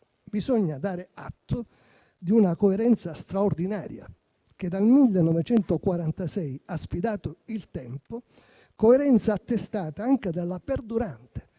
Bisogna dare atto di una coerenza straordinaria, che dal 1946 ha sfidato il tempo; coerenza attestata anche dalla perdurante